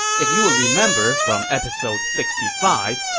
if you'd remember from episode sixty five,